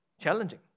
Challenging